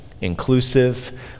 inclusive